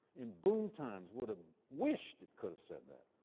in boom times, would've wished it could've said that.